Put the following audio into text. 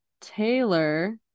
Taylor